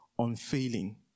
unfailing